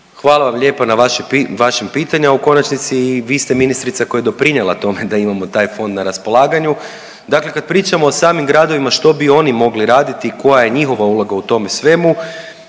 Hvala vam lijepo na vašem pitanju, a u konačnici i vi ste ministrica koja je doprinijela tome da imamo taj fond na raspolaganju. Dakle, kad pričamo o samim gradovima što bi oni mogli raditi i koja je njihova uloga u tome svemu,